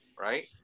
right